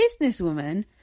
Businesswoman